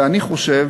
ואני חושב